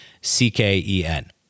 C-K-E-N